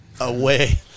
away